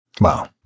wow